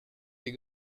des